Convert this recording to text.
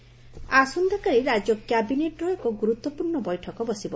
କ୍ୟାବିନେଟ୍ର ବୈଠକ ଆସନ୍ତାକାଲି ରାଜ୍ୟ କ୍ୟାବିନେଟ୍ର ଏକ ଗୁରୁତ୍ୱପୂର୍ଣ୍ଣ ବୈଠକ ବସିବ